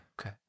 Okay